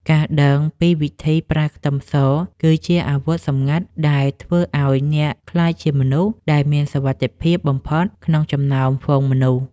ការដឹងពីវិធីប្រើខ្ទឹមសគឺជាអាវុធសម្ងាត់ដែលធ្វើឱ្យអ្នកក្លាយជាមនុស្សដែលមានសុវត្ថិភាពបំផុតក្នុងចំណោមហ្វូងមនុស្ស។